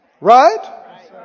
Right